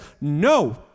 No